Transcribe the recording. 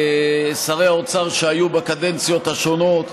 שרי האוצר שהיו בקדנציות השונות,